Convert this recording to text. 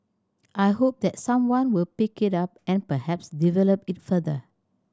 I hope that someone will pick it up and perhaps develop it further